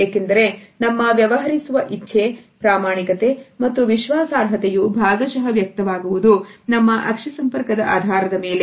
ಏಕೆಂದರೆ ನಮ್ಮ ವ್ಯವಹರಿಸುವ ಇಚ್ಛೆ ಪ್ರಾಮಾಣಿಕತೆ ಮತ್ತು ವಿಶ್ವಾಸಾರ್ಹತೆಯು ಭಾಗಶಹ ವ್ಯಕ್ತವಾಗುವುದು ನಮ್ಮ ಅಕ್ಷಿ ಸಂಪರ್ಕದ ಆಧಾರದ ಮೇಲೆ